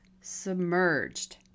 submerged